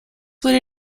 would